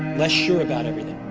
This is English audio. less sure about everything.